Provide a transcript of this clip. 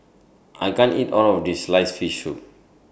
I can't eat All of This Sliced Fish Soup